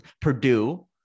Purdue